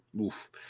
Oof